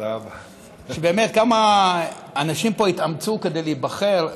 כמה אנשים התאמצו פה כדי להיבחר,